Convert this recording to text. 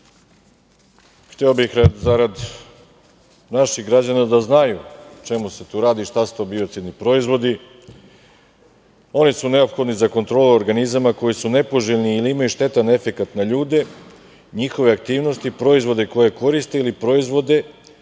Hteo bi, zarad naših građana, da znaju o čemu se tu radi i šta su to biocidni proizvodi. Oni su neophodni za kontrolu organizama koji su nepoželjni ili imaju štetan efekat na ljude, njihove aktivnosti, proizvode koje koriste ili proizvode